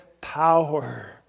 power